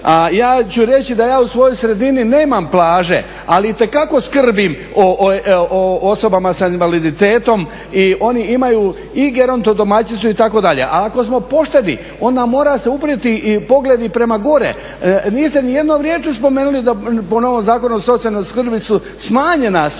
ja ću reći da ja u svojoj sredini nemam plaže, ali itekako skrbim o osobama sa invaliditetom i oni imaju i gerontodomaćicu itd. A ako smo pošteni onda mora se uprijeti i pogled i prema gore. Niste nijednom riječju spomenuli da po novom Zakonu o socijalnoj skrbi su smanjena,